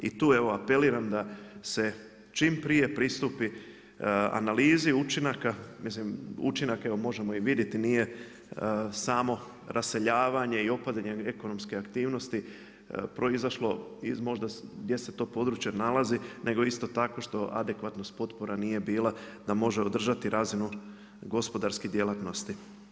I tu evo apeliram da se čim prije pristupi analizi učinaka, evo možemo ih vidjeti nije samo raseljavanje i opadanje ekonomske aktivnosti proizašlo gdje se to područje nalazi nego isto tako što adekvatnost potpora nije bila da može održati razinu gospodarskih djelatnosti.